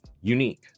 Unique